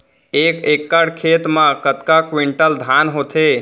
एक एकड़ खेत मा कतका क्विंटल धान होथे?